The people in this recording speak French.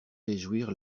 réjouir